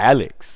Alex